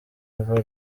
eva